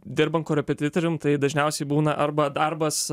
dirbant korepetitorium tai dažniausiai būna arba darbas